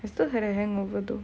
I still had a hangover though